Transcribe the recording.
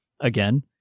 again